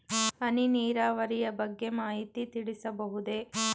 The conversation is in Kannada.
ಹನಿ ನೀರಾವರಿಯ ಬಗ್ಗೆ ಮಾಹಿತಿ ತಿಳಿಸಬಹುದೇ?